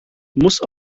muss